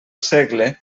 segle